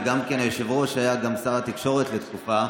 וגם היושב-ראש היה שר התקשורת לתקופה,